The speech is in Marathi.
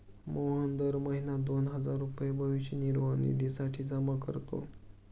मोहन दर महीना दोन हजार रुपये भविष्य निर्वाह निधीसाठी जमा करतो